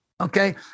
okay